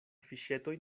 fiŝetoj